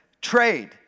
trade